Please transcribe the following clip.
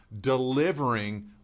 delivering